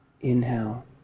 inhale